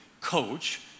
coach